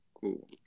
Cool